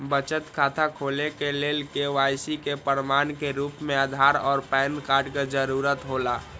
बचत खाता खोले के लेल के.वाइ.सी के प्रमाण के रूप में आधार और पैन कार्ड के जरूरत हौला